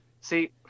see